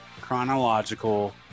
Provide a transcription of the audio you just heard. chronological